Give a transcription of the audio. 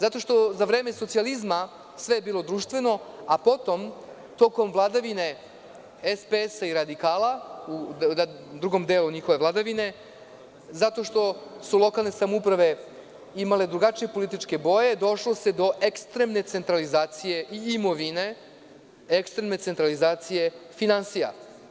Zato što je za vreme socijalizma sve bilo društveno, a potom, tokom vladavine SPS i radikala, u drugom delu njihove vladavine, zato što su lokalne samouprave imale drugačije političke boje, došlo se do ekstremne centralizacije imovine, ekstremne centralizacije finansija.